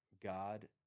God